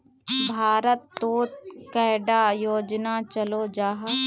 भारत तोत कैडा योजना चलो जाहा?